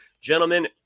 gentlemen